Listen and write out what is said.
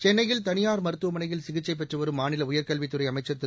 சென்னையில் தனியார் மருத்துவமனையில் சிகிச்சை பெற்று வரும் மாநில உயர்கல்வித் துறை அமைச்சர் திரு